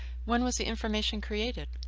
when was the information created?